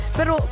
Pero